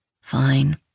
Fine